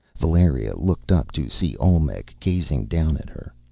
valeria looked up to see olmec gazing down at her.